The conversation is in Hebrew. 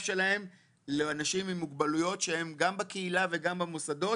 שלהם לאנשים עם מוגבלויות שהם גם בקהילה וגם במוסדות,